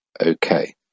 okay